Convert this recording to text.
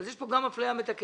יש פה גם אפליה מתקנת,